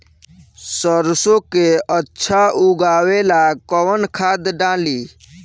सरसो के अच्छा उगावेला कवन खाद्य डाली?